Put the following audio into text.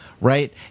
Right